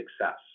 success